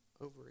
over